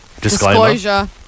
disclosure